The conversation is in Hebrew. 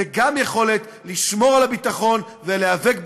וגם יכולת לשמור על הביטחון ולהיאבק בטרור,